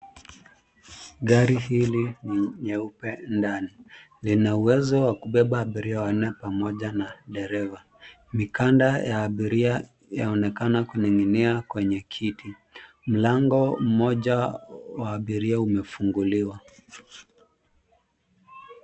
Gari hili ni nyeupe ndani. Lina uwezo wa kubeba abiria wanne pamoja na dereva. Mikanda ya abiria yaonekana kuning'inia kwenye kiti. Mlango mmoja wa abiria umefunguliwa.